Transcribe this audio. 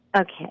Okay